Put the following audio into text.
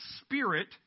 spirit